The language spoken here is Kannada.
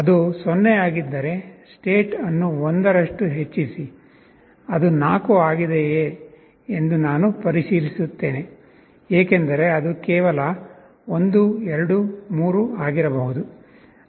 ಅದು 0 ಆಗಿದ್ದರೆ state ಅನ್ನು 1 ರಷ್ಟು ಹೆಚ್ಚಿಸಿ ಅದು 4 ಆಗಿದೆಯೆ ಎಂದು ನಾನು ಪರಿಶೀಲಿಸುತ್ತೇನೆ ಏಕೆಂದರೆ ಅದು ಕೇವಲ 1 2 3 ಆಗಿರಬಹುದು